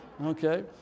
Okay